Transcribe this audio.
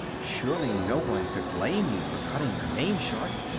surely no one could blame you for cutting your name short,